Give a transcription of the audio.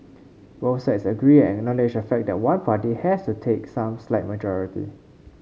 both sides agree and acknowledge the fact that one party has to take some slight majority